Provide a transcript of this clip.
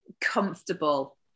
comfortable